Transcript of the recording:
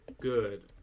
Good